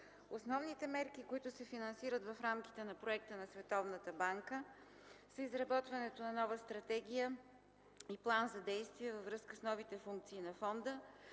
Основните мерки, които се финансират в рамките на проекта на Световната банка, са: изработването на нова стратегия и план за действие във връзка с новите функции на